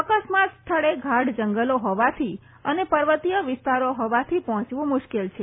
અકસ્માત સ્થળે ગાઢ જંગલો ફોવાથી અને પર્વતીય વિસ્તારો ફોવાથી પફોંચવું મુશ્કેલ છે